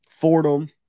Fordham